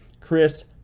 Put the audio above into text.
Chris